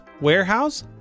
Warehouse